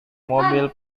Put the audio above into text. mobil